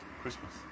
Christmas